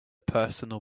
personal